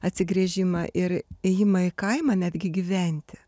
atsigręžimą ir ėjimą į kaimą netgi gyventi